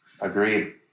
Agreed